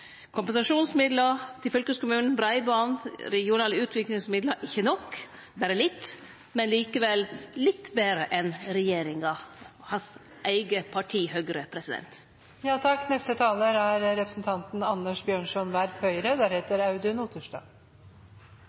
Kompensasjonsmidlar til fylkeskommunen, breiband, regionale utviklingsmidlar er ikkje nok – berre litt, men likevel litt betre enn regjeringa og hans eige parti, Høgre. Stortinget kommer i dag til å fatte et viktig vedtak om et statsbudsjett for neste